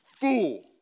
fool